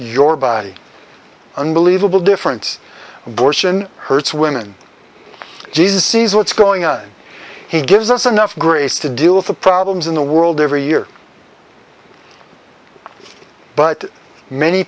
your body unbelievable difference abortion hurts women jesus is what's going on here gives us enough grace to deal with the problems in the world every year but many